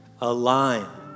Align